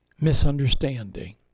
misunderstanding